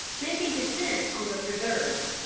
make a descent on the preserves,